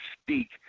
speak